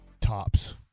tops